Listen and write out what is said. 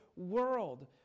World